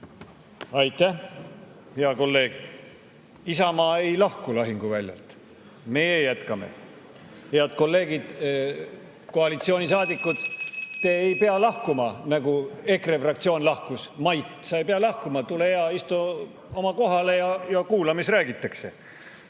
Aitäh, hea kolleeg! Isamaa ei lahku lahinguväljalt. Meie jätkame. Head kolleegid! Koalitsioonisaadikud, te ei pea lahkuma, nagu EKRE fraktsioon lahkus. Mait, sa ei pea lahkuma! Tule ja istu oma kohale ja kuula, mida räägitakse,